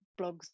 blogs